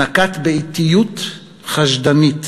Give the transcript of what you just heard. נקט אטיות חשדנית,